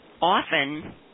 Often